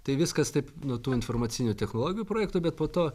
tai viskas taip nuo tų informacinių technologijų projektų bet po to